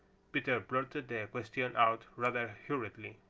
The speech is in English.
peter blurted the question out rather hurriedly.